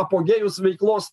apogėjus veiklos